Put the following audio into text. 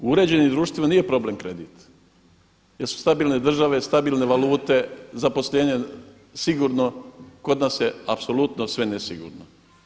U uređenim društvima nije problem kredit jer su stabilne države, stabilne valute, zaposlenje sigurno, kod nas je apsolutno sve nesigurno.